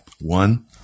One